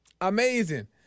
Amazing